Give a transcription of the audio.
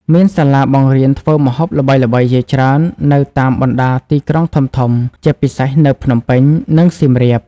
មានសាលាបង្រៀនធ្វើម្ហូបល្បីៗជាច្រើននៅតាមបណ្ដាទីក្រុងធំៗ ជាពិសេសនៅភ្នំពេញ និងសៀមរាប ។